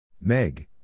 Meg